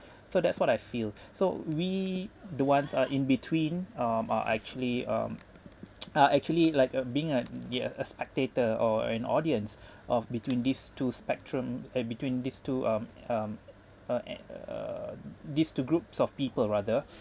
so that's what I feel so we the ones are in between um are actually um are actually like uh being a near a spectator or an audience of between these two spectrum a between these two um um uh at uh uh these two groups of people rather